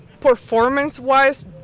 performance-wise